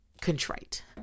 contrite